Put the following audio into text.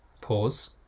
Pause